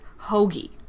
hoagie